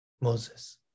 Moses